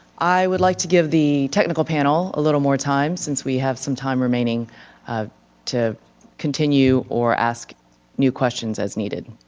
i would like to give the technical panel a little more time since we have some time remaining to continue or ask new questions as needed.